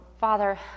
Father